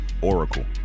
Oracle